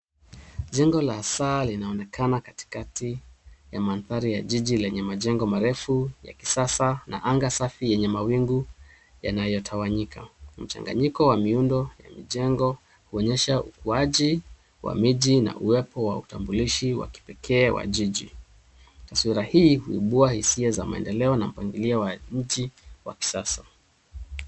Jengo la saa linaonekana katikati ya mandhari ya jiji yenye majengo marefu ya kisasa na anga safi yenye mawingu yaliyotawanyika. Mchanganyiko wa miundo ya mijengo kuonyesha ukuaji wa miji na uwepo wa utambulishi wa kipekee wa jiji. Taswira hii huibua hisia za maendeleo mpangilio wa mji wa kisasa